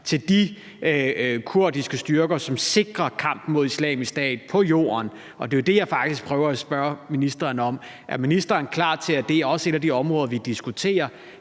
til de kurdiske styrker, som sikrer kampen mod Islamisk Stat på jorden. Det er jo det, jeg faktisk prøver at spørge ministeren om. Er ministeren klar til, at det også er et af de områder, vi diskuterer?